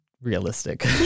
realistic